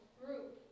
group